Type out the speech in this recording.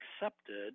accepted